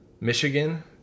Michigan